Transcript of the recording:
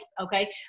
Okay